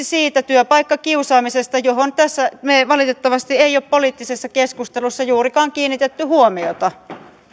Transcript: siitä työpaikkakiusaamisesta johon me valitettavasti emme ole tässä poliittisessa keskustelussa juurikaan kiinnittäneet huomiota